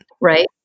right